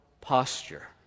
posture